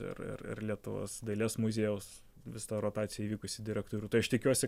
ir ir ir lietuvos dailės muziejaus vis ta rotacija įvykusi direktorių tai aš tikiuosi